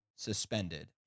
suspended